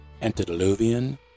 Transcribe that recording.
antediluvian